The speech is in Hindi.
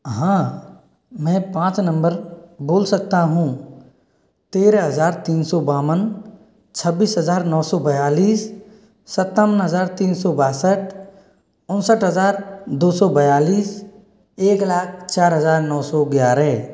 हाँ मैं पाँच नम्बर बोल सकता हूँ तेरह हज़ार तीन सौ बावन छब्बीस हज़ार नौ सौ बयालीस सत्तावन हज़ार तीन सौ बासठ उनसठ हज़ार दो सौ बयालीस एक लाख चार हजार नौ सौ ग्यारह